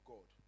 God